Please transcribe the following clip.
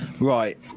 Right